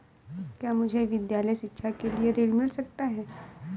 क्या मुझे विद्यालय शिक्षा के लिए ऋण मिल सकता है?